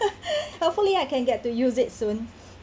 hopefully I can get to use it soon